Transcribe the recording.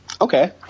Okay